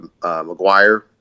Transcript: McGuire